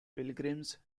pilgrims